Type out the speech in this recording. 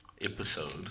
episode